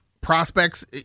prospects